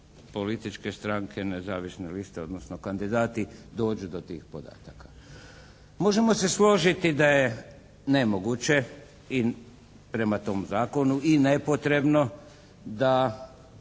političke stranke, nezavisne liste odnosno kandidati dođu do tih podataka. Možemo se složiti da je nemoguće i prema tom zakonu i nepotrebno da